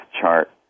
chart